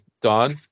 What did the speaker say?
Don